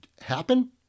happen